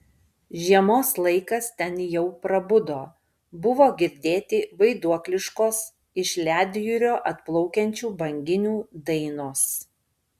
žiemos laikas ten jau prabudo buvo girdėti vaiduokliškos iš ledjūrio atplaukiančių banginių dainos